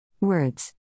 Words